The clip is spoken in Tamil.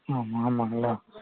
ஆமாம் ஆமாங்களா